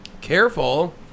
Careful